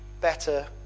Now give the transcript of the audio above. better